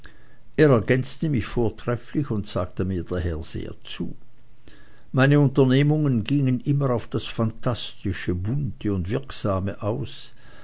er ergänzte mich vortrefflich und sagte mir daher sehr zu meine unternehmungen gingen immer auf das phantastische bunte und wirksame aus